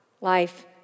life